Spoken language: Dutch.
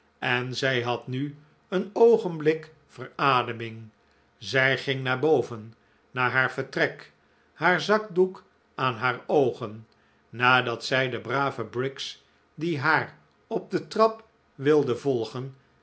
en zij had nu een oogenblik verademing zij ging naar boven naar haar vertrek haar zakdoek aan haar oogen nadat zij de brave briggs die haar op de trap wilde volgen